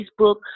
Facebook